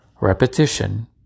repetition